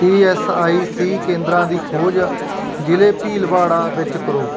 E S I C ਕੇਂਦਰਾਂ ਦੀ ਖੋਜ ਜ਼ਿਲ੍ਹੇ ਭੀਲਵਾੜਾ ਵਿੱਚ ਕਰੋ